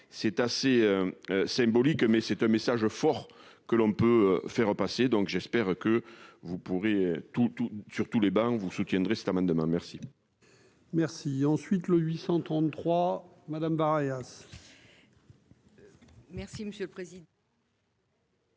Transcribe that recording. c'est assez symbolique, mais c'est un message fort que l'on peut faire passer, donc j'espère que vous pourrez, tout, tout sur tous les bancs, vous soutiendrez demain merci. Merci, ensuite le 833 Madame Barilla. Merci monsieur le président.